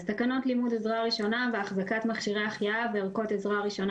"תקנות לימוד עזרה ראשונה והחזקת מכשירי החייאה וערכות עזרה ראשונה